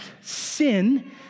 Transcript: Sin